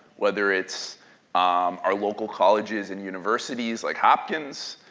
whether it's our local colleges and universities like hopkins.